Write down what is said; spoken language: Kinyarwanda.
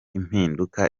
impinduka